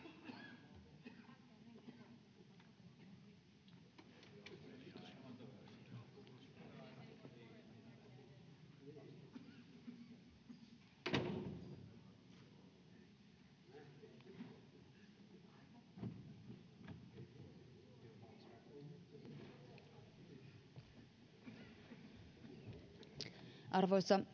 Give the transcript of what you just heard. arvoisa